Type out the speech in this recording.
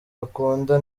bakunda